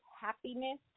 happiness